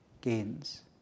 gains